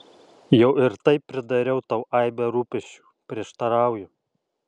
jau ir taip pridariau tau aibę rūpesčių prieštarauju